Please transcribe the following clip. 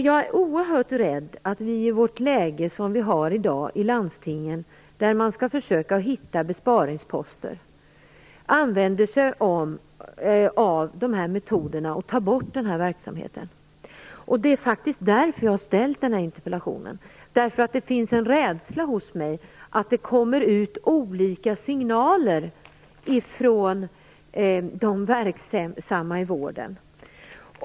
Jag är oerhört rädd för att man i det läge som råder i landstingen i dag, då man skall försöka hitta besparingsposter, lägger ned mammografiverksamheten. Anledningen till att jag har ställt interpellationen är att det finns en rädsla hos mig för att det skall sändas ut olika signaler från de verksamma i vården.